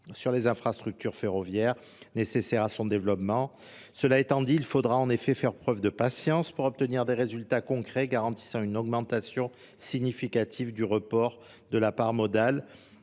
sur les infrastructures ferroviaires nécessaires à son développement. Cela étant dit, il faudra en effet faire preuve de patience pour obtenir des résultats concrets garantissant une augmentation significative du report de la part modale.